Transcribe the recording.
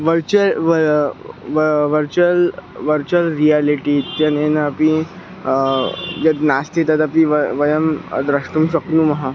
virtual virtual virtual reality इत्यनेन अपि यद् नास्ति तदपि वा वयं द्रष्टुं शक्नुमः